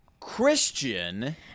Christian